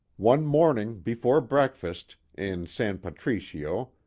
one morning, before breakfast, in san patricio,